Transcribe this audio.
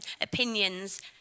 opinions